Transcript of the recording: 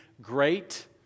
great